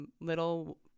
Little